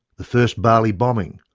the first bali bombing.